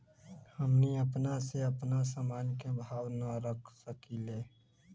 हमनी अपना से अपना सामन के भाव न रख सकींले?